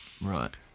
Right